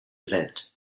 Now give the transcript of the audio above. event